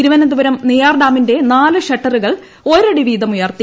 തിരുവനന്തപുരം നെയ്യാർഡാമിന്റെ നാല് ഷട്ടറുകൾ ഒരടി വീതം ഉയർത്തി